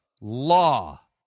law